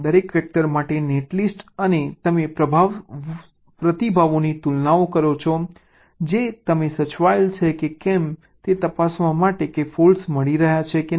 દરેક વેક્ટર માટે નેટલિસ્ટ અને તમે પ્રતિભાવોની તુલના કરો છો જે તમે સાચવેલ છે કે કેમ તે તપાસવા માટે કે ફોલ્ટ મળી રહ્યા છે કે નહીં